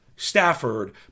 Stafford